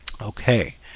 Okay